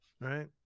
right